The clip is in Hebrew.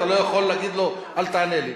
אתה לא יכול להגיד לו: אל תענה לי.